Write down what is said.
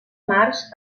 març